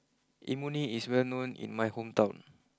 Imoni is well known in my hometown